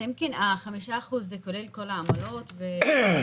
טמקין, ה-5% זה כולל כל העמלות וכו'?